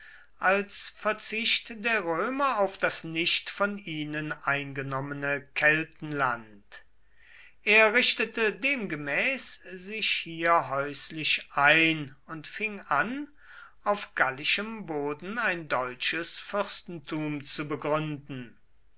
als verzicht der römer auf das nicht von ihnen eingenommene keltenland er richtete demgemäß sich hier häuslich ein und fing an auf gallischem boden ein deutsches fürstentum zu begründen